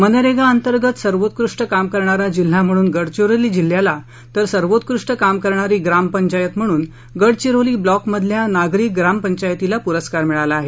मनरेगा अंतर्गत सर्वेत्कृष्ट काम करणारा जिल्हा म्हणून गडचिरोली जिल्हायाला तर सर्वेत्कृष्ट काम करणारी ग्राम पंचायत म्हणून गडचिरोली ब्लोक मधल्या नागरी ग्राम पंचायतीला पुरस्कार मिळाला आहे